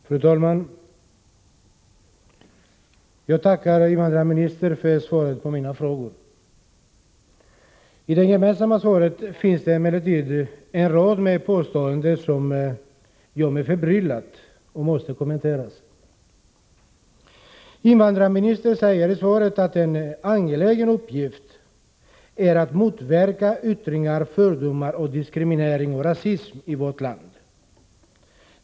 Fru talman! Jag tackar invandrarministern för svaret på mina frågor. I det gemensamma svaret finns emellertid en rad påståenden som gör mig förbryllad och måste kommenteras. Invandrarministern säger i svaret att en ”angelägen uppgift är att motverka yttringar av fördomar, diskriminering och rasism i vårt land”.